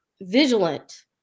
vigilant